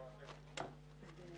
תודה.